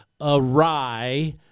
awry